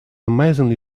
amazingly